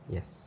Yes